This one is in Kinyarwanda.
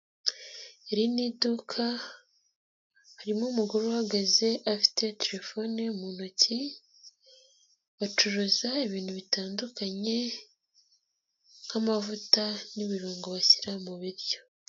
Iri ni iduka, harimo umugore uhagaze afite telefone mu ntoki, bacuruza ibintu bitandukanye nk'amavuta n'ibirungo bashyira mu biryo.